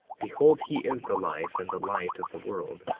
behold, he is the life and the light of the world.